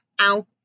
Ow